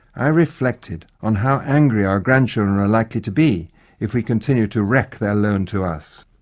i reflected on how angry our grandchildren are likely to be if we continue to wreck their loan to us.